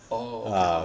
oh okay